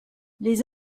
les